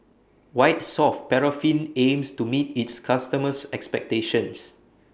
White Soft Paraffin aims to meet its customers' expectations